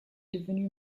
devenue